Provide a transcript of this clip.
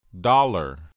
Dollar